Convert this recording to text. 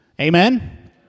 Amen